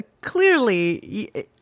clearly